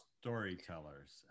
storytellers